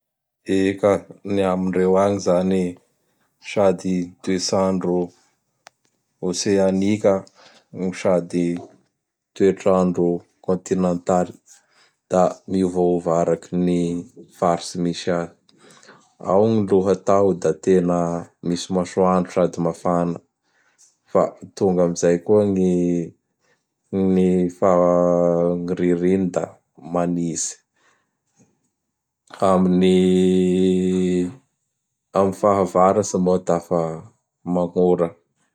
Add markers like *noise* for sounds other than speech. *noise* Eka, ny amindreo agny zany *noise* sady toets'andro oseanika *noise* gno sady *noise* toets'andro kôntinantaly. *noise* Da miovaova araky ny faritsy misy azy. Ao gn lohatao da tena misy masoandro sady mafana. Fa tonga amizay gn gn ny fa *hesitation* ririny da manitsy. Amin'ny- am fahavaratsy moa da fa magnora.